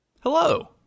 Hello